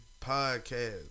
podcast